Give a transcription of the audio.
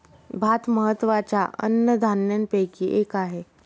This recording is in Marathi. भात महत्त्वाच्या अन्नधान्यापैकी एक आहे